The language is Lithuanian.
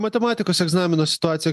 matematikos egzamino situacija